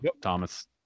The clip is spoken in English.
Thomas